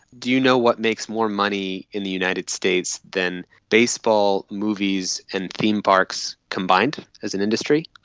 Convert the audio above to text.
do you know what makes more money in the united states than baseball, movies and theme parks combined as an industry?